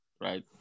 right